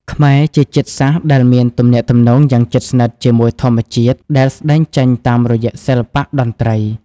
ខ្មែរជាជាតិសាសន៍ដែលមានទំនាក់ទំនងយ៉ាងជិតស្និទ្ធជាមួយធម្មជាតិ ដែលស្ដែងចេញតាមរយៈសិល្បៈតន្ត្រី។